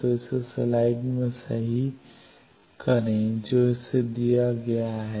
तो इसे इस स्लाइड में सही करें जो इसे दिया गया है